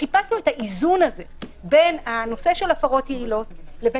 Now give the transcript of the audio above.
חיפשנו את האיזון בין הנושא של הפרות יעילות לבין